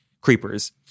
Creepers